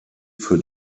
für